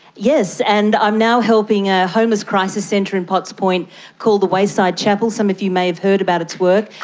yes. and i'm now helping a homeless crisis centre in potts point called the wayside chapel. some of you may have heard about its work,